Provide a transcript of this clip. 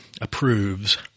approves